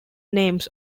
names